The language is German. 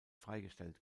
freigestellt